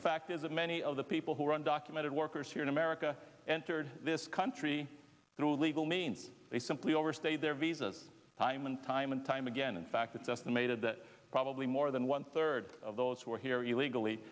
the fact is that many of the people who are undocumented workers here in america entered this country through legal means they simply overstayed their visas time and time and time again in fact it's estimated that probably more than one third of those who are here illegally